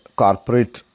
corporate